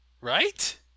right